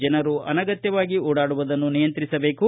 ಜನರು ಅನಗತ್ಯವಾಗಿ ಓಡಾಡುವುದನ್ನು ನಿಯಂತ್ರಿಸಬೇಕು